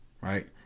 right